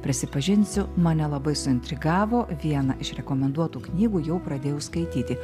prisipažinsiu mane labai suintrigavo vieną iš rekomenduotų knygų jau pradėjau skaityti